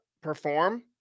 perform